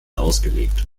ausgelegt